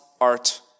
art